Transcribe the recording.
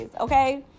Okay